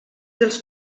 dels